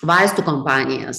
vaistų kompanijas